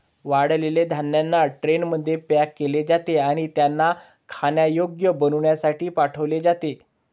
वाळलेल्या धान्यांना ट्रेनमध्ये पॅक केले जाते आणि त्यांना खाण्यायोग्य बनविण्यासाठी पाठविले जाते